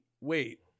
wait